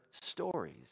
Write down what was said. stories